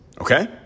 Okay